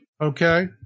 Okay